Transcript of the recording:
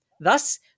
Thus